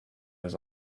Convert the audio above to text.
was